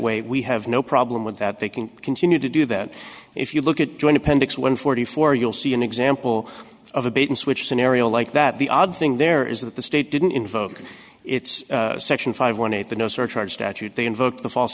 way we have no problem with that they can continue to do that if you look at joint appendix one forty four you'll see an example of a bait and switch scenario like that the odd thing there is that the state didn't invoke its section five one eight the no surcharge statute they invoked the false